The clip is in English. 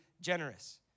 generous